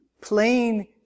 plain